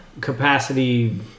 capacity